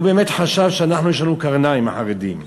הוא באמת חשב שיש לנו קרניים, לחרדים.